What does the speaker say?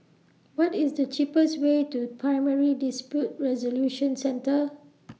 What IS The cheapest Way to Primary Dispute Resolution Centre